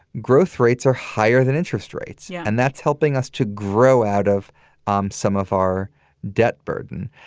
growth rates are higher than interest rates yeah and that's helping us to grow out of um some of our debt burden.